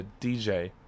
DJ